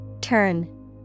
Turn